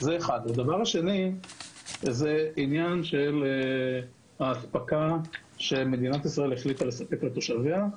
הדבר השני הוא עניין האספקה שמדינת ישראל החליטה לספק לתושביה.